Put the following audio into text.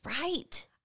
right